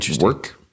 work